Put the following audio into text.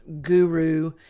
guru